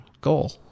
goal